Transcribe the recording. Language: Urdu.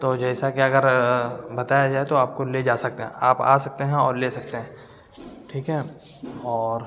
تو جیسا کہ اگر بتایا جائے تو آپ کو لے جا سکتے ہیں آپ آ سکتے ہیں اور لے سکتے ہیں ٹھیک ہے اور